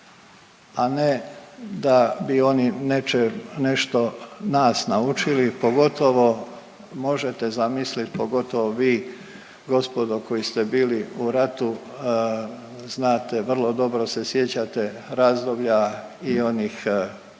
a ne da bi oni neće, nešto nas naučili, pogotovo, možete zamisliti, pogotovo vi gospodo koji ste bili u ratu, znate, vrlo dobro se sjećate razdoblja i onih